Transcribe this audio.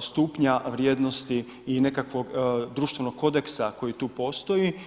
stupnja vrijednosti i nekakvog društvenog kodeksa koji tu postoji.